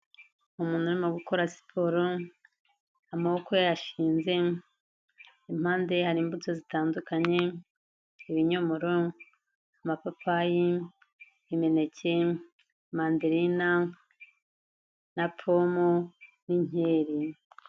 Umuntu urimo gukora siporo amaboko yashinze, impande hari imbuto zitandukanye ibinyomoro amapapayi imineke mandelina na pome n'inkeri.